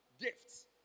gifts